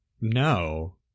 No